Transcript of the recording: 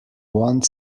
want